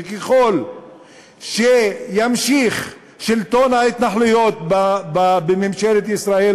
וככל שימשיך שלטון ההתנחלויות בממשלת ישראל,